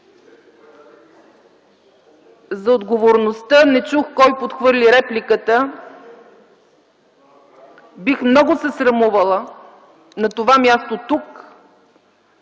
за отговорността – не чух кой подхвърли репликата - бих много се срамувала на това място тук,